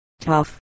tough